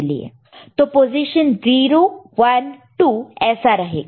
तो position 0 position 1 position 2 ऐसा रहेगा